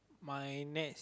my next